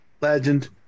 legend